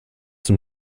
zum